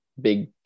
big